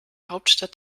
hauptstadt